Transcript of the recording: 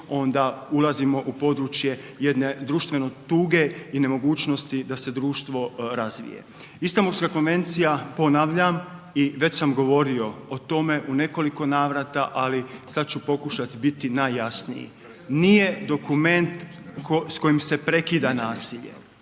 onda ulazimo u područje jedne društvene tuge i nemogućnosti da se društvo razvije. Istambulska konvencija ponavljam i već sam govorio o tome u nekoliko navrata, ali sad ću pokušati biti najjasniji. Nije dokument s kojim se prekida nasilje,